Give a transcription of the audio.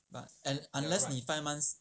but and unless 你 five months